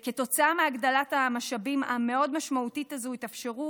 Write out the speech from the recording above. כתוצאה מהגדלת המשאבים המאוד-משמעותית הזו התאפשרו